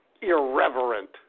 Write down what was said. irreverent